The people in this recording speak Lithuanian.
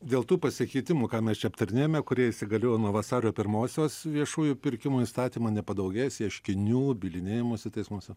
dėl tų pasikeitimų ką mes čia aptarinėjame kurie įsigaliojo nuo vasario pirmosios viešųjų pirkimo įstatymo nepadaugės ieškinių bylinėjimosi teismuose